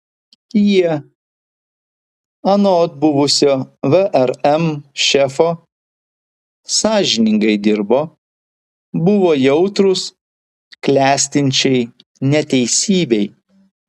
jie anot buvusio vrm šefo sąžiningai dirbo buvo jautrūs klestinčiai neteisybei